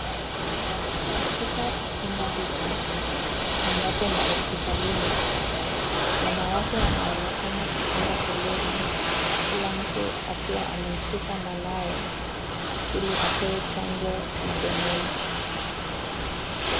Katika chumba hiki, ambapo ni hospitalini, wanawake wanaonekana kupanga foleni kila mtu akiwa amemshika mwanawe ili apewe chanjo mdomoni.